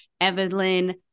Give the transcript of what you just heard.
Evelyn